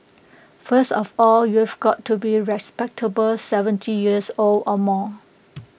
first of all you've got to be respectable seventy years old or more